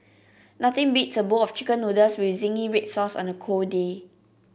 nothing beats a bowl of chicken noodles with zingy red sauce on a cold day